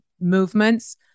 movements